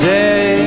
day